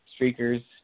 streakers